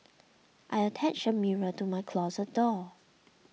I attached a mirror to my closet door